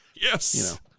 Yes